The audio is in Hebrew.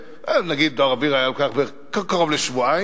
ונניח שדואר אוויר היה לוקח קרוב לשבועיים,